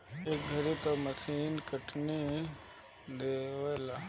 ए घरी तअ मशीनो कटनी कअ देवेला